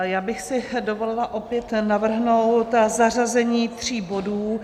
Já bych si dovolila opět navrhnout zařazení tří bodů.